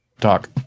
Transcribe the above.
talk